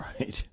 right